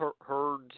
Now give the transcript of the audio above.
heard